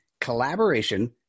collaboration